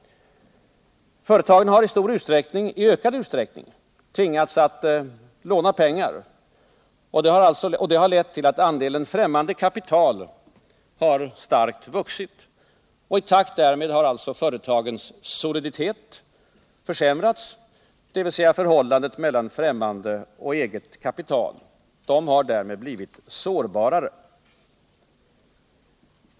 Företagen har i ökad utsträckning tvingats att låna pengar, och det har lett till att andelen främmande kapital har vuxit starkt. I takt därmed har företagens soliditet försämrats, dvs. förhållandet mellan främmande och cget kapital. De har därmed blivit sårbarare.